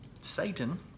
Satan